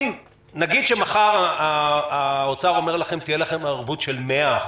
נגיד שמחר האוצר אומר לכם: תהיה לכם ערבות של 100%,